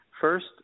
first